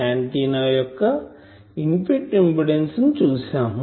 antenna యొక్క input impedance ని చూసాము